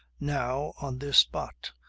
now, on this spot.